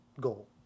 goal